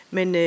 Men